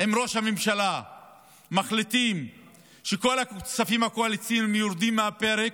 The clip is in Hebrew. עם ראש הממשלה היו מחליטים שכל הכספים הקואליציוניים יורדים מהפרק,